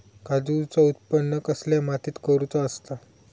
काजूचा उत्त्पन कसल्या मातीत करुचा असता?